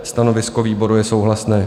Stanovisko výboru je souhlasné.